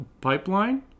pipeline